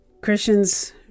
christians